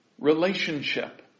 relationship